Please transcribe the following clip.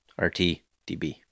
RTDB